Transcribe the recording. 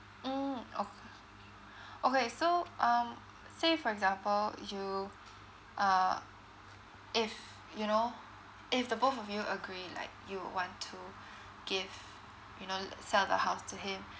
mm okay okay so um say for example you uh if you know if the both of you agree like you want to give you know sell the house to him